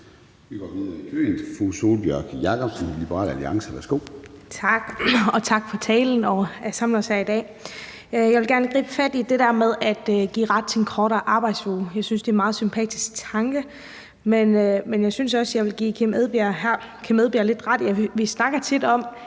Vi går videre i køen. Fru Sólbjørg Jakobsen, Liberal Alliance, værsgo. Kl. 16:14 Sólbjørg Jakobsen (LA): Tak, og tak for talen og for at samle os her i dag. Jeg vil gerne gribe fat i det der med at give ret til en kortere arbejdsuge. Jeg synes, det er en meget sympatisk tanke, men jeg vil også give hr. Kim Edberg Andersen lidt ret i, at vi tit snakker om